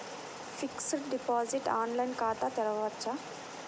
Fixed deposit online ఖాతా తెరువవచ్చా?